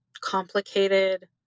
complicated